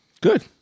Good